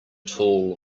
tall